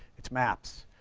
it's maps.